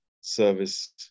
service